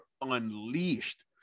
unleashed